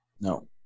no